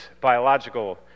biological